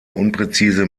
unpräzise